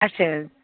اچھا حظ